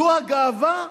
זאת הגאווה?